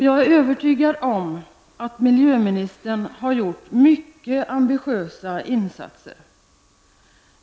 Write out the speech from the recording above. Jag är övertygad om att miljöministern har gjort mycket ambitiösa insatser.